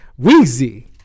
Weezy